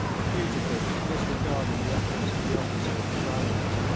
the fugitives disregarding the efforts of the officers to rally them,